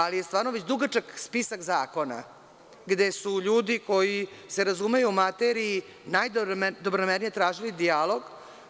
Ali, stvarno je već dugačak spisak zakona gde su ljudi koji se razumeju u materiju najdobronamernije tražili dijalog